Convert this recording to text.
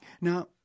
Now